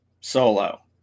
solo